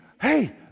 hey